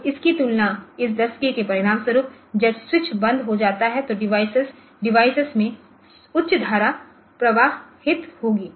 तो इसकी तुलना इस 10 k के परिणामस्वरूप जब स्विच बंद हो जाता है तो डिवाइस में उच्च धारा प्रवाहित होगी